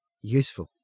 useful